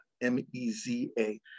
M-E-Z-A